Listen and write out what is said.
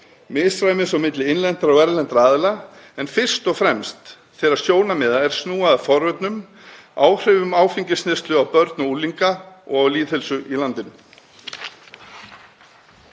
misræmis á milli innlendra og erlendra aðila, en fyrst og fremst þeirra sjónarmiða er snúa að forvörnum, áhrifum áfengisneyslu á börn og unglinga og lýðheilsu í landinu.